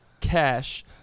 Cash